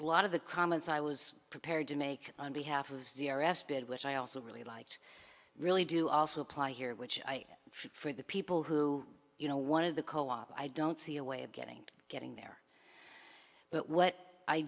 a lot of the comments i was prepared to make on behalf of zero espied which i also really liked really do also apply here which i feel for the people who you know one of the co op i don't see a way of getting getting there but what i